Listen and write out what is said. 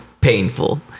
painful